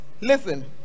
listen